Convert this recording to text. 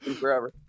Forever